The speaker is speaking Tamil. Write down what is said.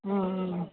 ம் ம்